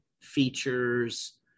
features